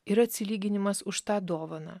ir atsilyginimas už tą dovaną